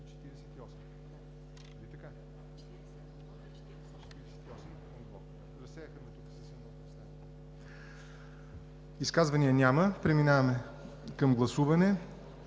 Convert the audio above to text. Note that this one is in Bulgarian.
изказвания. Преминаваме към гласуване